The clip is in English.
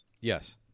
Yes